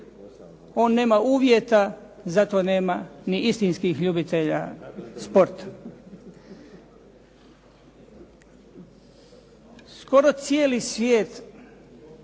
On nema uvjeta, zato nema ni istinskih ljubitelja sporta. Skoro cijeli svijet